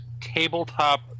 tabletop